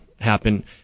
happen